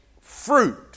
fruit